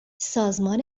سازمان